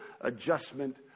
adjustment